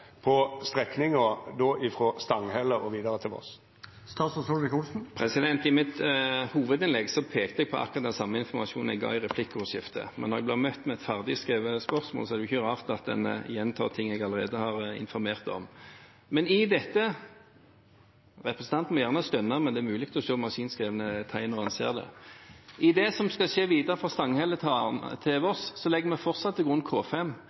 på strekninga frå Stanghelle og vidare til Voss? I mitt hovedinnlegg pekte jeg på akkurat den samme informasjonen jeg ga i replikkordskiftet. Men når jeg blir møtt med et ferdig skrevet spørsmål, er det ikke rart at en gjentar ting jeg allerede har informert om. Representanten må gjerne stønne, men det er mulig å se maskinskrevne tegn – når en ser dem. I det som skal skje videre fra Stanghelle til Voss, legger vi fortsatt til grunn